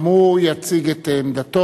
גם הוא יציג את עמדתו.